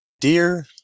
dear